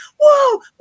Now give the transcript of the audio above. whoa